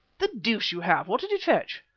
the deuce you have! what did it fetch?